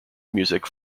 music